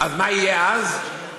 מה יהיה אז?